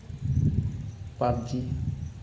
PUBG